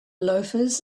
loafers